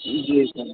जी sir